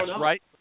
right